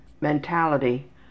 mentality